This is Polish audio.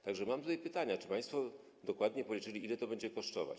Tak że mam tutaj pytania: Czy państwo dokładnie policzyli, ile to będzie kosztować?